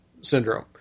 syndrome